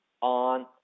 on